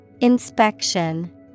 Inspection